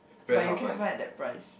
but you can find that price